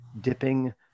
dipping